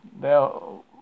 Now